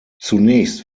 zunächst